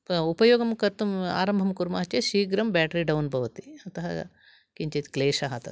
उपयोगं कर्तुम् आरम्भं कुर्मः चेद् शीघ्रं बेटरी डौन् भवति अतः किञ्चिद् क्लेषः तत्र